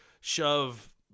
shove